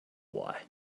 why